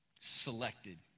selected